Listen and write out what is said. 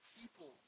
people